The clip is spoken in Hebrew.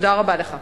תודה רבה לך.